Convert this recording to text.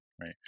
right